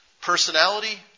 personality